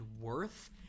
worth